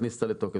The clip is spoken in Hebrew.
להכניס אותה לתוקף.